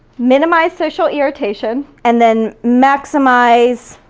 minimize social irritation, and then maximize